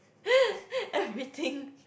everything